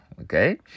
okay